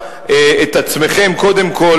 או שאתם מנסים לשכנע את עצמכם קודם כול